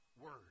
Word